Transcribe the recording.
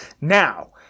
Now